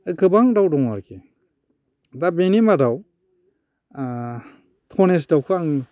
गोबां दाउ दं आरोखि दा बेनि मादाव ओ धनेस दाउखौ आं